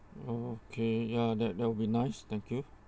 okay ya that that will be nice thank you